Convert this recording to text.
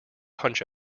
punch